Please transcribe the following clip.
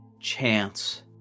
chance